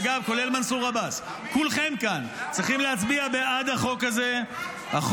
אולי רם בן ברק רוצה להקים מדינה פלסטינית, בסדר